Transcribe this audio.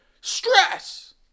stress